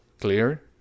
Clear